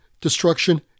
destruction